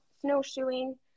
snowshoeing